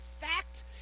fact